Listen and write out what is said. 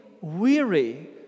weary